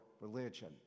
religion